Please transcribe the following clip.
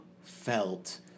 felt